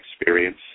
experience